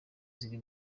ziri